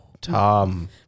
Tom